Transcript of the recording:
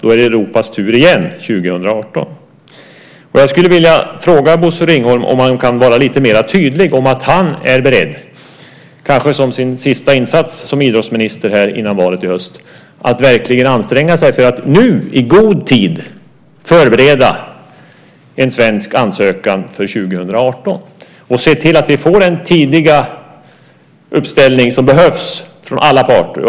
Då är det Europas tur igen 2018. Jag skulle vilja fråga Bosse Ringholm om han kan vara lite mer tydlig om att han är beredd - kanske som sin sista insats som idrottsminister här före valet i höst - att verkligen anstränga sig för att nu i god tid förbereda en svensk ansökan för 2018. Kan han se till att vi får den tidiga uppställning som behövs från alla parter?